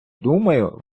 думаю